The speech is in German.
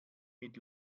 mit